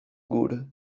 góry